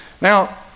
Now